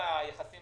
הרווחה למשרד